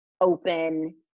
open